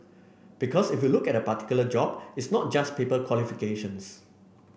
because if you look at particular job it's not just paper qualifications